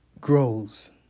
grows